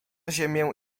ziemię